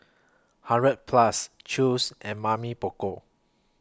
hundred Plus Chew's and Mamy Poko